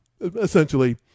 essentially